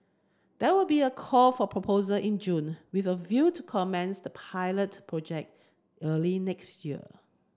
there will be a call for proposal in June with a view to commence the pilot project early next year